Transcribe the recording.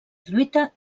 lluita